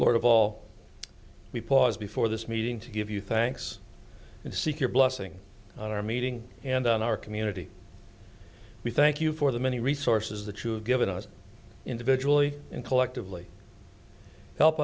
lord of all we pause before this meeting to give you thanks and seek your blessing on our meeting and on our community we thank you for the many resources that you have given us individually and collectively help